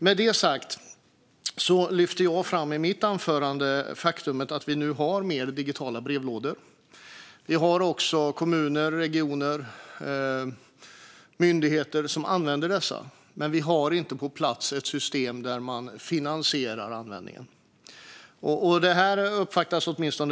Med detta sagt lyfte jag fram i mitt anförande det faktum att vi nu har mer digitala brevlådor. Vi har också kommuner, regioner och myndigheter som använder dessa. Men vi har inte på plats ett system som finansierar användningen.